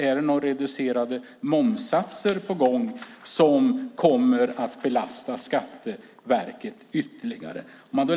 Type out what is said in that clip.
Är det reducerade momssatser på gång som kommer att belasta Skatteverket ytterligare?